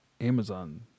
Amazon